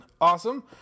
awesome